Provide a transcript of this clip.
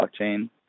blockchain